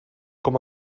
com